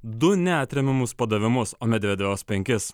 du neatremiamus padavimus o medvedevas penkis